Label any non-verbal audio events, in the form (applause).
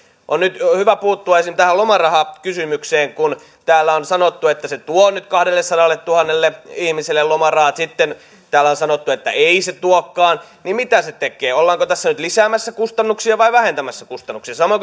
nyt on hyvä puuttua ensin tähän lomarahakysymykseen kun täällä on sanottu että se tuo nyt kahdellesadalletuhannelle ihmiselle lomarahat sitten kun täällä on sanottu että ei se tuokaan niin mitä se tekee ollaanko tässä nyt lisäämässä kustannuksia vai vähentämässä kustannuksia samoin (unintelligible)